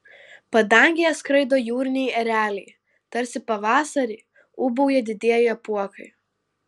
padangėje skraido jūriniai ereliai tarsi pavasarį ūbauja didieji apuokai